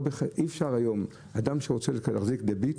אי אפשר היום, אדם שרוצה להחזיק דביט,